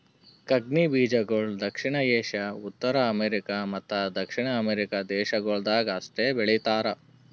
ಕಂಗ್ನಿ ಬೀಜಗೊಳ್ ದಕ್ಷಿಣ ಏಷ್ಯಾ, ಉತ್ತರ ಅಮೇರಿಕ ಮತ್ತ ದಕ್ಷಿಣ ಅಮೆರಿಕ ದೇಶಗೊಳ್ದಾಗ್ ಅಷ್ಟೆ ಬೆಳೀತಾರ